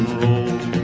roll